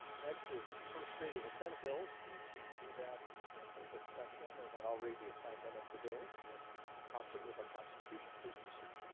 next is first reading a senate bills we need to do that in open session, and then i'll read the assignment of the bills in concert with our constitution, please proceed